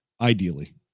ideally